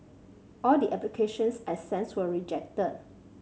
all the applications I sends were rejected